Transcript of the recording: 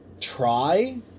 try